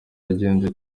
yagenze